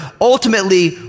ultimately